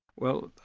well,